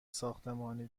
ساختمانی